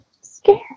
Scared